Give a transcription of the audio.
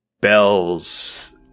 bells